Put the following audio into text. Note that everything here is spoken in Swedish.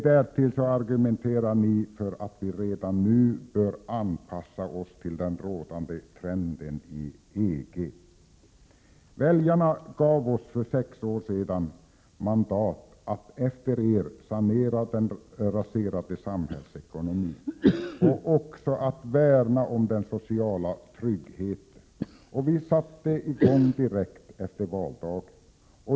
Därtill argumenterar ni för att vi redan nu bör anpassa oss till den rådande trenden inom EG. Väljarna gav oss för sex år sedan mandat att sanera den raserade samhällsekonomi som ni hade lämnat efter er och också värna om den sociala tryggheten. Vi satte i gång direkt efter valdagen.